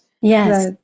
Yes